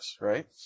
right